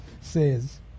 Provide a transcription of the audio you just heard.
says